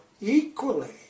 equally